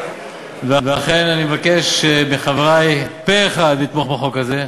ולכן אני מבקש מחברי לתמוך פה אחד בחוק הזה,